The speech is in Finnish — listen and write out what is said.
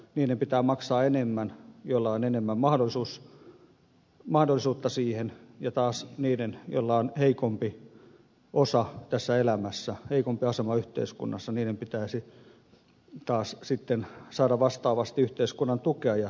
niiden pitää maksaa enemmän joilla on enemmän mahdollisuutta siihen ja taas niiden joilla on heikompi osa tässä elämässä heikompi asema yhteiskunnassa niiden pitäisi taas sitten saada vastaavasti yhteiskunnan tukea ja suojelusta